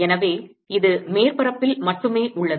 எனவே இது மேற்பரப்பில் மட்டுமே உள்ளது